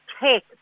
take